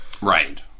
Right